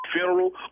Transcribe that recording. funeral